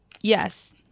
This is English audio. Yes